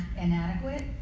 inadequate